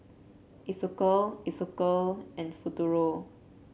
Isocal Isocal and Futuro